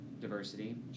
diversity